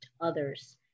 others